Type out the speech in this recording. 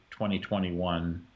2021